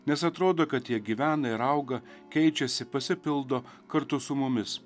nes atrodo kad jie gyvena ir auga keičiasi pasipildo kartu su mumis